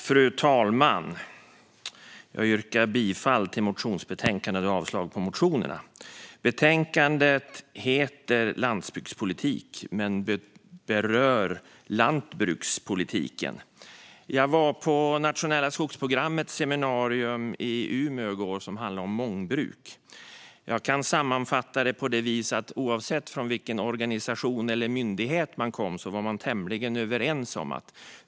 Fru talman! Jag yrkar bifall till utskottets förslag i motionsbetänkandet och avslag på motionerna. Betänkandet heter Landsbygdspolitik men berör lantbrukspolitiken. Jag var på Nationella skogsprogrammets seminarium i Umeå i går som handlade om mångbruk. Jag kan sammanfatta det på det viset att oavsett från vilken organisation eller myndighet man kom var man tämligen överens.